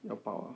要爆 ah